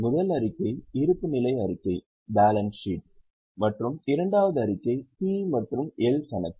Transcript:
முதல் அறிக்கை இருப்புநிலை அறிக்கை மற்றும் இரண்டாவது அறிக்கை P மற்றும் L கணக்கு